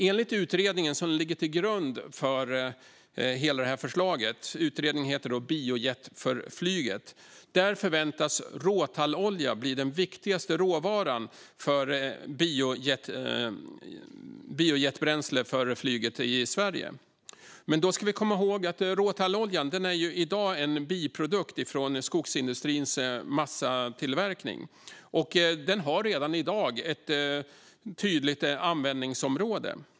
Enligt utredningen som ligger till grund för hela det här förslaget, Biojet för flyget , förväntas råtallolja bli den viktigaste råvaran för biojetbränsle för flyget i Sverige. Vi ska komma ihåg att råtalloljan är en biprodukt från skogsindustrins massatillverkning, och den har redan i dag ett tydligt användningsområde.